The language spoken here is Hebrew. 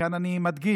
כאן אני מדגיש